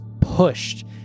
pushed